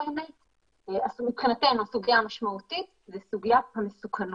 מבחינתנו הסוגיה המשמעותית היא סוגיית המסוכנות,